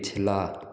पिछला